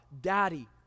Daddy